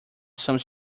some